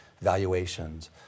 valuations